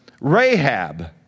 Rahab